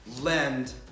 lend